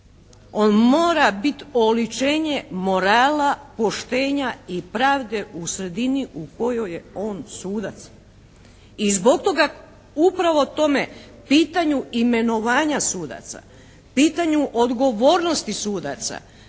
On mora bit oličenje morala, poštenja i pravde u sredini u kojoj je on sudac. I zbog toga, upravo tome pitanju imenovanja sudaca, pitanju odgovornosti sudaca,